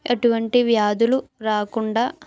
ఎటువంటి వ్యాధులు రాకుండా